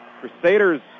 Crusaders